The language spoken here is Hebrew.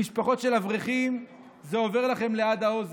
למשפחות של אברכים, זה עובר לכם ליד האוזן,